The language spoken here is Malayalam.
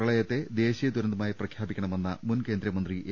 പ്രള യത്തെ ദേശീയ ദുരന്തമായി പ്രഖ്യാപിക്കണമെന്ന മുൻ കേന്ദ്രമന്ത്രി എ